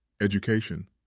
Education